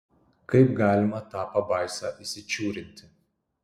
kaip galima tą pabaisą įsičiūrinti